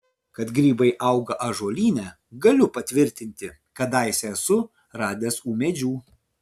kad grybai auga ąžuolyne galiu patvirtinti kadaise esu radęs ūmėdžių